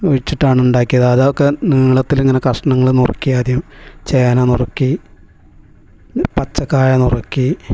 ഒഴിച്ചിട്ടാണ് ഉണ്ടാക്കിയത് അതൊക്കെ നീളത്തിൽ ഇങ്ങനെ കഷണങ്ങൾ നുറുക്കി ആദ്യം ചേന നുറുക്കി പച്ചക്കായ നുറുക്കി